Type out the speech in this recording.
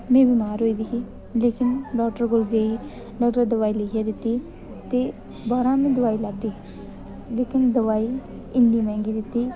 में बमार होई दी ही लेकिन डाक्टर कोल गेई उन्नै दवाई लिखियै दित्ती ते बाह्रा में दवाई लैती लेकिन दवाई इन्नी मैंह्गी दित्ती